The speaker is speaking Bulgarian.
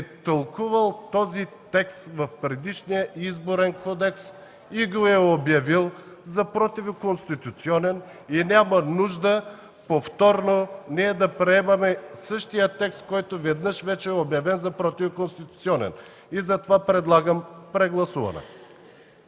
е тълкувал този текст в предишния Изборен кодекс и го е обявил за противоконституционен. Няма нужда да приемаме повторно същия текст, който веднъж вече е обявен за противоконституционен. Затова предлагам прегласуване.